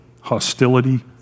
hostility